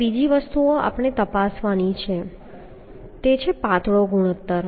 હવે બીજી વસ્તુઓ આપણે તપાસવાની છે તે છે પાતળો ગુણોત્તર